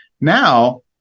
Now